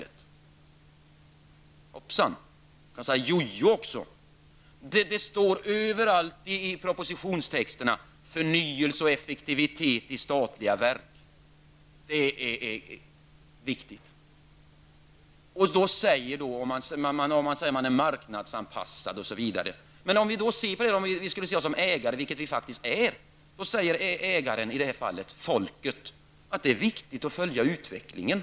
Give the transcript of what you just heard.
Hoppsan! Man kan säga ''jojo'' också! Överallt i propositionstexterna talas det om att det är viktigt med förnyelse och effektivitet i statliga verk. Man säger att man är marknadsanpassad, osv. I detta fall säger ägaren, det svenska folket, att det är viktigt att följa utvecklingen.